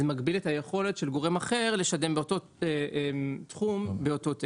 זה מגביל את היכולת של גורם אחר לשדר באותו תחום באותו תדר,